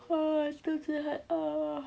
肚子很饿